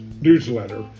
newsletter